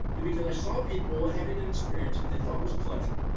is because i saw people having an experience that they thought was pleasure,